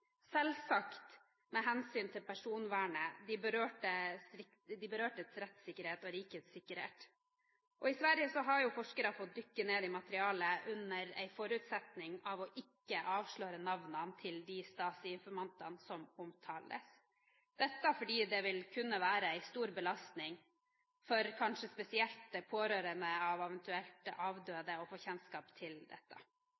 selvsagt med hensyn til personvernet, de berørtes rettssikkerhet og rikets sikkerhet. I Sverige har forskere fått dykke ned i materialet under forutsetning av å ikke avsløre navnene til de Stasi-informanter som omtales, dette fordi det vil kunne være en stor belastning, spesielt kanskje for pårørende av